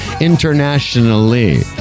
internationally